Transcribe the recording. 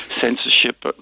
censorship